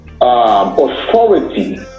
authority